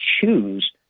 choose